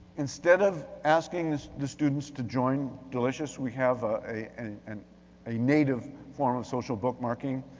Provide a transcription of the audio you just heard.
instead of asking the students to join delicious, we have ah a and a native form of social bookmarking.